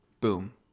boom